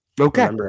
Okay